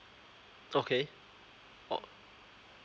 okay orh